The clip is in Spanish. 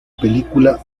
película